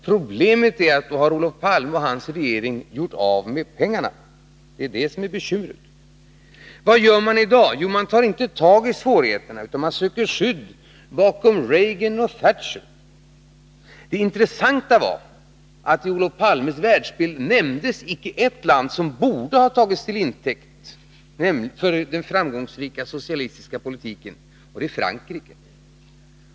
Problemet är att då har Olof Palme och hans regering gjort av med pengarna. Det är det som är bekymret. Vad gör man i dag? Jo, man tar inte tag i svårigheterna, utan man söker skydd bakom Reagan och Thatcher. Det intressanta var att det i Olof Palmes världsbild icke fanns med ett land som kunde ha tagits till intäkt för den framgångsrika socialistiska politiken, nämligen Frankrike.